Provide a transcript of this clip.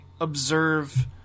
observe